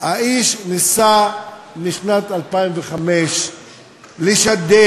האיש ניסה משנת 2005 לשדל.